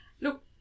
look